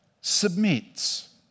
submits